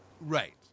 Right